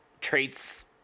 traits